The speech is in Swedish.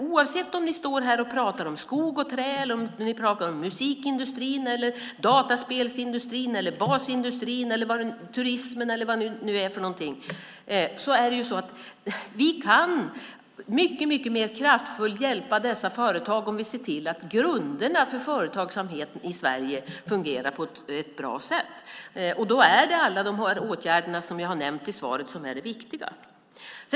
Oavsett om ni står här och pratar om skogs och träindustrin, om musikindustrin, dataspelsindustrin, basindustrin, turismen och så vidare kan vi mycket mer kraftfullt hjälpa dessa företag om vi ser till att grunderna för företagsamheten i Sverige fungerar på ett bra sätt. Då är det alla de åtgärder som jag har nämnt i svaret som är de viktiga.